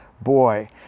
boy